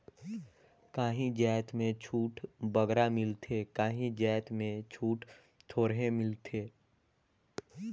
काहीं जाएत में छूट बगरा मिलथे काहीं जाएत में छूट थोरहें मिलथे